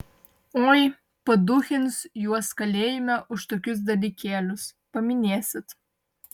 oi paduchins juos kalėjime už tokius dalykėlius paminėsit